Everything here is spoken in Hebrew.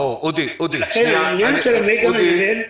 ולכן העניין של המגה-מנהל,